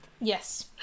yes